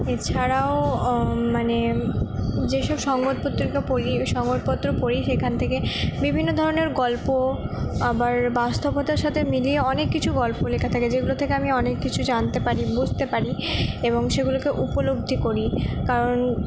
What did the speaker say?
এছাড়াও মানে যেসব সংবাদপত্রিকা পড়ি ওই সংবাদপত্র পড়ি সেখান থেকে বিভিন্ন ধরণের গল্প আবার বাস্তবতার সাথে মিলিয়ে অনেক কিছু গল্প লেখা থাকে যেগুলো থেকে আমি অনেক কিছু জানতে পারি বুঝতে পারি এবং সেগুলোকে উপলব্ধি করি কারণ